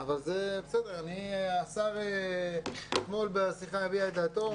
אבל השר אתמול בשיחה הביע את דעתו.